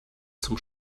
zum